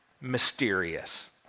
mysterious